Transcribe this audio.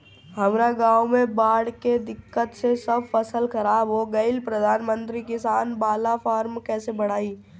हमरा गांव मे बॉढ़ के दिक्कत से सब फसल खराब हो गईल प्रधानमंत्री किसान बाला फर्म कैसे भड़ाई?